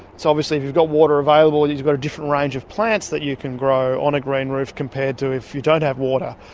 so obviously if you've got water available you've got a different range of plants you can grow on a green roof compared to if you don't have water.